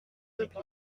repli